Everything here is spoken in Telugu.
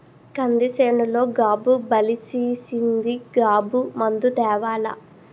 కంది సేనులో గాబు బలిసీసింది గాబు మందు తేవాల